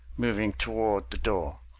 moving toward the door,